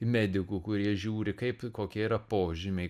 medikų kurie žiūri kaip kokie yra požymiai